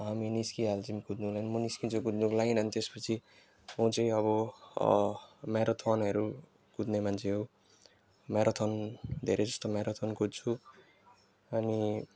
हामी निस्किहाल्छौँ कुद्नुको लागि म निस्किन्छु कुद्नुको लागि अनि त्यसपछि म चाहिँ अब म्याराथोनहरू कुद्ने मान्छे हो म्याराथोन धेरै जस्तो म्याराथोन कुद्छु अनि